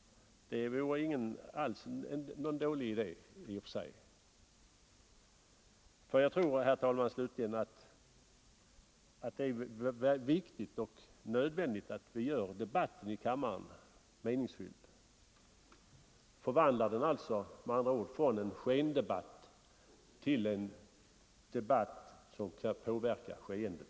Det var i och för sig inte alls någon dålig idé. Slutligen tror jag sålunda att det är viktigt och nödvändigt att vi gör debatten här i kammaren meningsfylld, dvs. förvandlar den från en skendebatt, som den nu är, till en debatt som kan påverka skeendet.